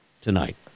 tonight